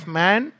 man